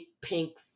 pink